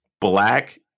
Black